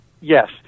Yes